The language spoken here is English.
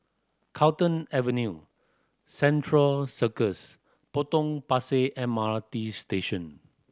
Carlton Avenue Central Circus Potong Pasir M R T Station